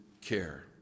care